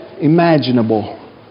imaginable